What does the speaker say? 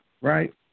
Right